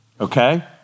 Okay